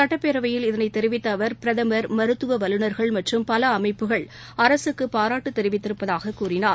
சட்டப்பேரவையில் இதனை தெரிவித்த அவர் பிரதமர் மருத்துவ வல்லுநர் மற்றும் பல அமைப்புகள் அரசுக்கு பாராட்டு தெரிவித்திருப்பதாக கூறினார்